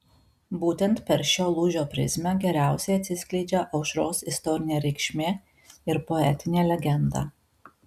būtent per šio lūžio prizmę geriausiai atsiskleidžia aušros istorinė reikšmė ir poetinė legenda